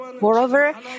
Moreover